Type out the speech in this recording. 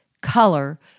color